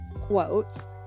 quotes